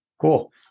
cool